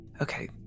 Okay